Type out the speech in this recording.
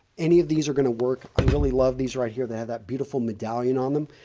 any of these are going to work. i really love these right here, they have that beautiful medallion on them.